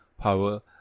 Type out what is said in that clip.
power